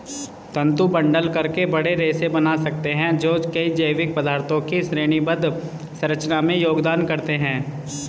तंतु बंडल करके बड़े रेशे बना सकते हैं जो कई जैविक पदार्थों की श्रेणीबद्ध संरचना में योगदान करते हैं